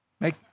Make